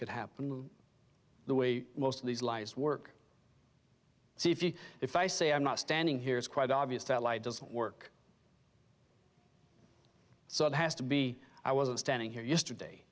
could happen the way most of these lies work so if you if i say i'm not standing here it's quite obvious that light doesn't work so it has to be i wasn't standing here yesterday